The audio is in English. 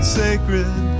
sacred